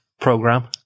program